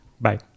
Bye